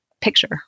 picture